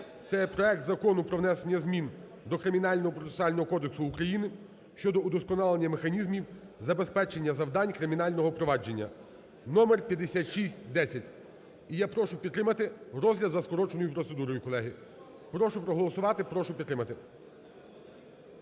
це проект Закону про внесення змін до Кримінально-процесуального кодексу України (щодо вдосконалення механізмів забезпечення завдань кримінального провадження) (номер 5610). І я прошу підтримати розгляд за скороченою процедурою, колеги. Прошу проголосувати, прошу підтримати.